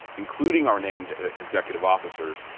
including our named executive officers,